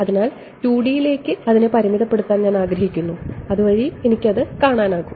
അതിനാൽ 2D യിലേക്ക് അതിനെ പരിമിതപ്പെടുത്താൻ ഞാൻ ആഗ്രഹിക്കുന്നു അതുവഴി എനിക്ക് അത് കാണാൻ കഴിയും